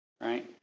right